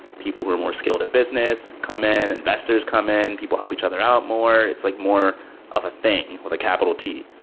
people who are more skilled at business come in, investors come in. people help each other out more. it's like more of a thing with a capital t.